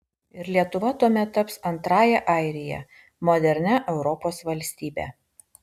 ir lietuva tuomet taps antrąja airija modernia europos valstybe